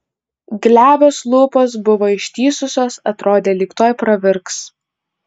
glebios lūpos buvo ištįsusios atrodė lyg tuoj pravirks